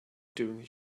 doing